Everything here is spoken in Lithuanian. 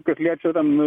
kas liečia ten